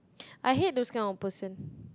I hate those kind of person